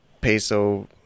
peso